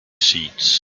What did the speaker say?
seeds